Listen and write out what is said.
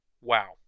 wow